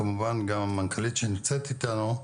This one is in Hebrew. כמובן גם המנכ"לית שנמצאת איתנו.